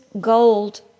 gold